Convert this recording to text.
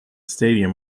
stadium